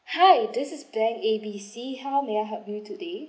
hi this is bank A B C how may I help you today